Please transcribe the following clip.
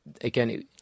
again